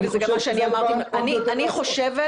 אני חושבת